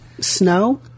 snow